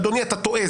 אדוני אתה טועה,